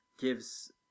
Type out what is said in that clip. gives